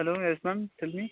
hello yes ma'am tell me